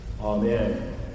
Amen